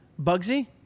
Bugsy